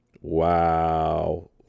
Wow